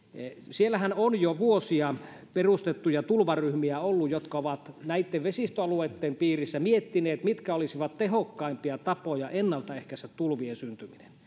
siellähän on jo vuosia ollut perustettuja tulvaryhmiä jotka ovat näitten vesistöalueitten piirissä miettineet mitkä olisivat tehokkaimpia tapoja ennaltaehkäistä tulvien syntyminen